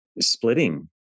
splitting